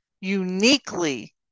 uniquely